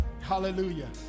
Hallelujah